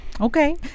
Okay